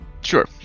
Sure